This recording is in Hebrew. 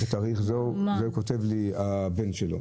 כך כתב לי הבן שלו.